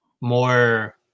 more